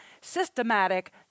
systematic